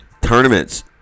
Tournaments